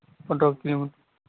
फन्द्र किल'मिटार